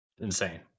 Insane